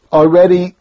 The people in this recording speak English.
already